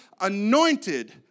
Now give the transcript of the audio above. anointed